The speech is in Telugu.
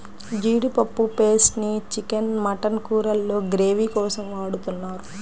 జీడిపప్పు పేస్ట్ ని చికెన్, మటన్ కూరల్లో గ్రేవీ కోసం వాడుతున్నారు